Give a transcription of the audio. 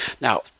Now